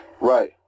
Right